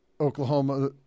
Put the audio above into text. Oklahoma